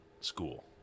school